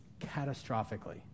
catastrophically